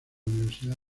universidad